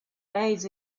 days